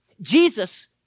Jesus